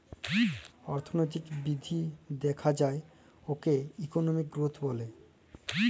অথ্থলৈতিক বিধ্ধি দ্যাখা যায় উয়াকে ইকলমিক গ্রথ ব্যলে